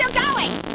going!